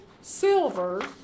silver